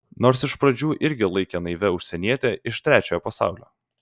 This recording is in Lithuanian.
nors iš pradžių irgi laikė naivia užsieniete iš trečiojo pasaulio